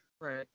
Right